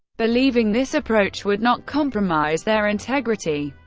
believing this approach would not compromise their integrity.